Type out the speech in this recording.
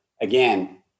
again